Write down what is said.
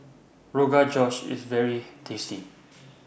Rogan Josh IS very tasty